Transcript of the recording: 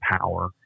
power